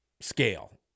scale